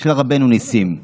של רבנו ניסים: